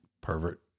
pervert